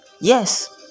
Yes